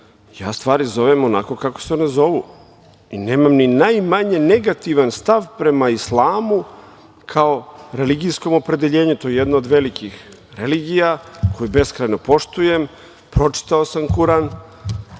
stvari zovem onako kako se one zovu i nemam ni najmanje negativan stav prema islamu kao religijskom opredeljenju. To je jedna od velikih religija koju beskrajno poštujem. Pročitao sam Kuran.